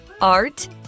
art